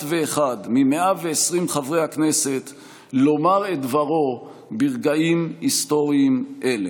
ואחד מ-120 חברי הכנסת לומר את דברו ברגעים היסטוריים אלה.